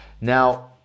Now